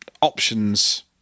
options